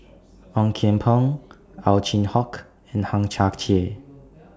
Ong Kian Peng Ow Chin Hock and Hang Chang Chieh